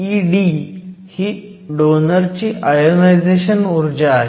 Ed ही डोनरची ionisation ऊर्जा आहे